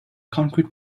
concrete